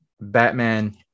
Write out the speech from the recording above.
Batman